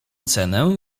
cenę